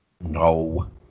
No